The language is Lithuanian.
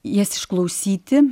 jas išklausyti